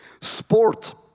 Sport